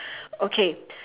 okay